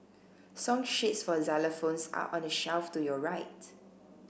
song sheets for xylophones are on the shelf to your right